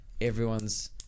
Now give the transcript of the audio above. everyone's